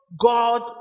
God